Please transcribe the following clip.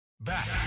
Back